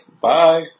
Bye